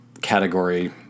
category